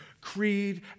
creed